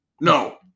No